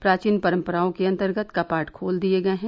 प्राचीन परम्पराओं के अंतर्गत कपाट खोल दिए गए हैं